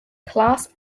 class